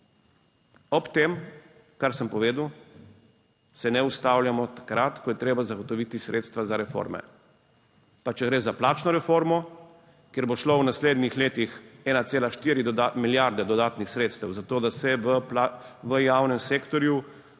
ob tem, kar sem povedal, se ne ustavljamo takrat, ko je treba zagotoviti sredstva za reforme, pa če gre za plačno reformo, kjer bo šlo v naslednjih letih 1,4 milijarde dodatnih sredstev za to, da se v javnem sektorju